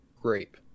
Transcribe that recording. Grape